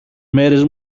μέρες